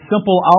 simple